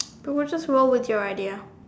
don't worry just roll with your idea